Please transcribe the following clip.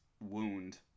wound